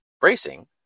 Bracing